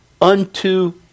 unto